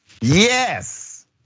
Yes